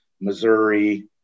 Missouri